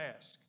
ask